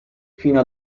fino